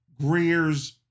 Greer's